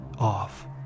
off